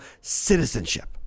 citizenship